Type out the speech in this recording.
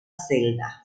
celda